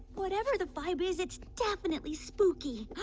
whatever the vibe is it's definitely spooky